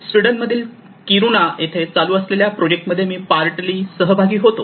Sweden मधील Kiruna येथे चालू असलेल्या प्रोजेक्टमध्ये मी पार्टली सहभागी होतो